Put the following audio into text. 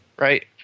right